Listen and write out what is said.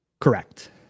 Correct